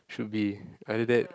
should be either that